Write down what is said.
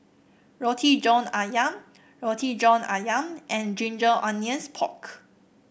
Roti John ayam Roti John ayam and Ginger Onions Pork